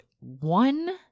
one